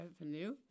revenue